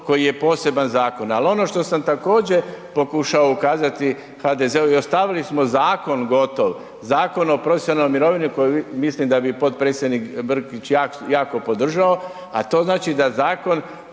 koji je poseban zakon, ali ono što sam također pokušao ukazati HDZ-u i ostavili smo zakon gotov, Zakon o profesionalnoj mirovini koji mislim da bi potpredsjednik Brkić jako podržao, a to znači da Zakon